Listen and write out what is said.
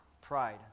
Pride